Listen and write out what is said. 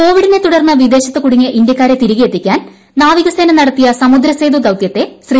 കോവിഡിനെ തുടർന്ന് വിദേശത്ത് കുടുങ്ങിയ ഇന്തൃക്കാരെ തിരികെയെത്തിക്കാൻ നാവികസേന നടത്തിയ സമുദ്രസേതു ദൌതൃത്തെ ശ്രീ